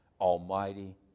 Almighty